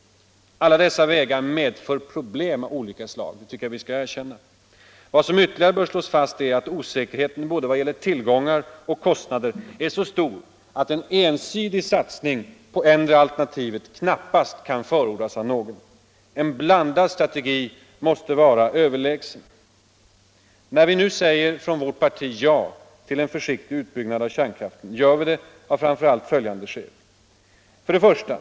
Alla dessa vägar medför problem av olika slag, det tycker jag att vi skall erkänna. Vad som ytterligare bör slås fast är att osäkerheten både vad gäller tillgångar och kostnader är så stor att en ensidig satsning på ettdera alternativet knappast kan förordas av någon. En blandad strategi måste vara överlägsen. När vi nu från vårt parti säger ja till en försiktig utbyggnad av kärnkraften gör vi det av framför allt följande skäl: 1.